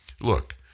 look